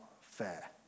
fair